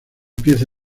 pieza